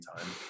time